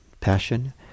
passion